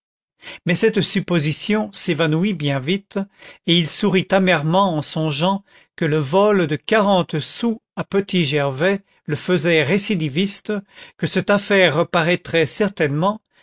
mais cette supposition s'évanouit bien vite et il sourit amèrement en songeant que le vol des quarante sous à petit gervais le faisait récidiviste que cette affaire reparaîtrait certainement